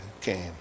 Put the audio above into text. came